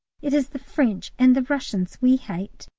it is the french and the russians we hate.